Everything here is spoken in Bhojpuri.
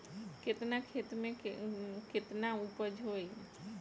केतना खेत में में केतना उपज होई?